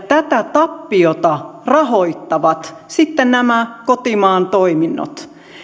tätä tappiota rahoittavat sitten nämä kotimaan toiminnot